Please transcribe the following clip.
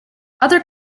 other